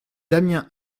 damien